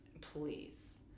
Please